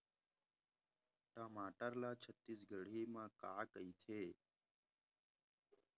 टमाटर ला छत्तीसगढ़ी मा का कइथे?